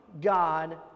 God